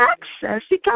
Access